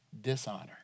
dishonor